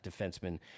defenseman